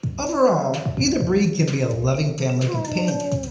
overall, either breed can be a loving family companion,